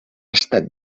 estat